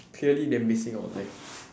clearly they missing out on life